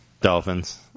Dolphins